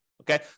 Okay